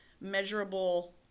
measurable